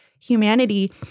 humanity